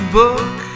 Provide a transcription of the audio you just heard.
book